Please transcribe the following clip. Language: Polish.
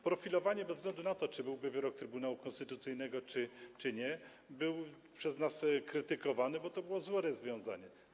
Profilowanie bez względu na to, czy byłby wyrok Trybunału Konstytucyjnego, czy nie, byłoby przez nas krytykowane, bo to było złe rozwiązanie.